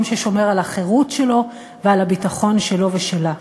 ששומר על החירות שלו ועל הביטחון שלו ושלה.